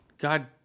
God